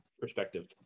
perspective